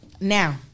Now